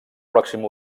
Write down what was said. pròxim